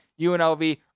UNLV